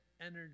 energy